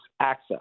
access